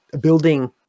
building